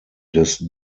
des